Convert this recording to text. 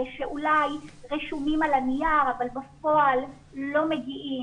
שאולי רשומים על הנייר אבל בפועל לא מגיעים,